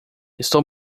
estou